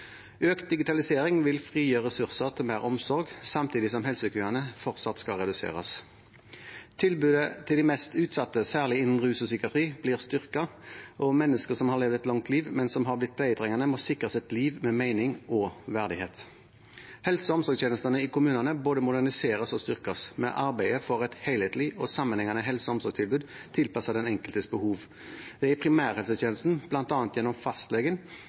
Økt digitalisering vil frigi ressurser til mer omsorg, samtidig som helsekøene fortsatt skal reduseres. Tilbudet til de mest utsatte, særlig innen rus og psykiatri, blir styrket, og mennesker som har levd et langt liv, men som har blitt pleietrengende, må sikres et liv med mening og verdighet. Helse- og omsorgstjenestene i kommunene må både moderniseres og styrkes. Vi arbeider for et helhetlig og sammenhengende helse- og omsorgstilbud tilpasset den enkeltes behov. Det er i primærhelsetjenesten, bl.a. gjennom fastlegen,